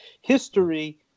History